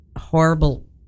horrible